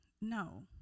no